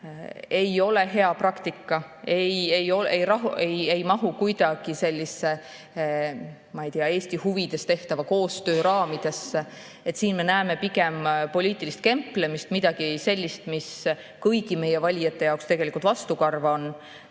ei ole hea praktika, ei mahu kuidagi sellisesse, ma ei tea, Eesti huvides tehtava koostöö raamidesse. Siin me näeme pigem poliitilist kemplemist, midagi sellist, mis kõigile meie valijatele tegelikult vastukarva on.